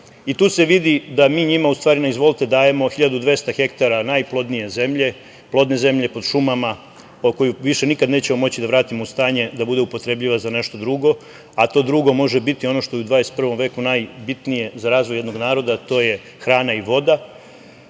Tu se vidi da mi njima u stvari na izvolte dajemo 1200 hektara najplodnije zemlje, plodne zemlje pod šumama, a koju nikada nećemo moći da vratimo u stanje da bude upotrebljiva za nešto drugo, a to drugo može biti ono što je u 21 veku najbitnije za razvoj jednog naroda, a to je hrana i voda.